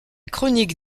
chronique